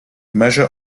measure